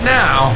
now